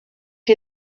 qui